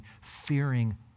fearing